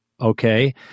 Okay